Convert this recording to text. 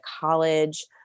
college